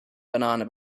banana